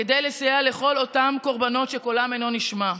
כדי לסייע לכל אותן קורבנות שקולן אינו נשמע.